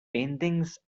paintings